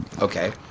Okay